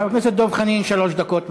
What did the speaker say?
חבר הכנסת דב חנין, שלוש דקות.